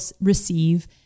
receive